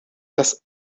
das